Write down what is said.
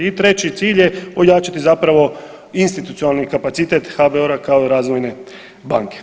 I treći cilj je ojačati zapravo institucionalni kapacitet HBOR-a kao razvojne banke.